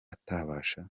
atabasha